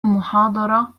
المحاضرة